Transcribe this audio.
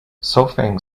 solfaing